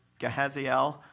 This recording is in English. Gehaziel